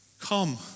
come